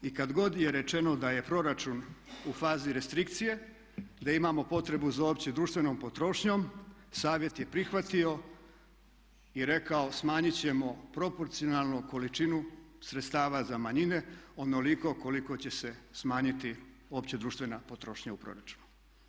I kada god je rečeno da je proračun u fazi restrikcije, da imamo potrebu za opće društvenom potrošnjom, Savjet je prihvatio i rekao smanjiti ćemo proporcionalno količinu sredstava za manjine onoliko koliko će se smanjiti opće društvena potrošnja u proračunu.